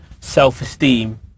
self-esteem